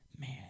man